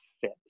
fit